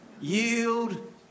Yield